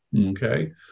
Okay